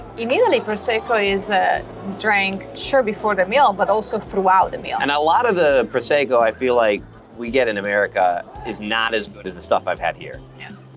in italy prosecco is drank, sure, before the meal but also throughout the meal. and a lot of the prosecco i feel like we get in america is not as good as the stuff i've had here. yes.